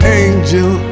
angel